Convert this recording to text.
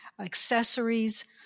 accessories